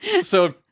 So-